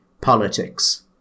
politics